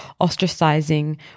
ostracizing